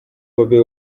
bobi